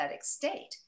state